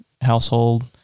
household